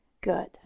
good